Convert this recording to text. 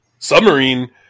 Submarine